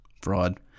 Fraud